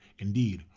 indeed,